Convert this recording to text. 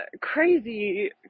crazy